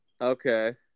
Okay